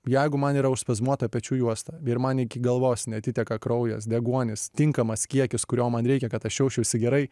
jeigu man yra užspazmuota pečių juosta ir man iki galvos neatiteka kraujas deguonis tinkamas kiekis kurio man reikia kad aš jausčiausi gerai